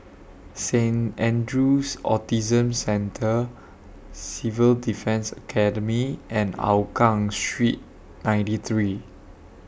Saint Andrew's Autism Centre Civil Defence Academy and Hougang Street ninety three